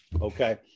okay